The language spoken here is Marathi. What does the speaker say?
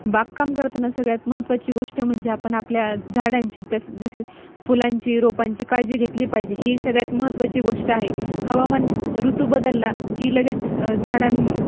बागकाम करताना सगळ्यात महत्त्वाची गोष्ट म्हणजे आपण आपल्या झाडांची तस जसे फुलांची रोपांची काळजी घेतली पाहिजे ही सगळ्यात महत्त्वाची गोष्ट आहे हवामान ऋतू बदलला की लगेच झाडां